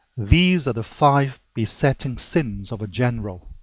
these are the five besetting sins of a general,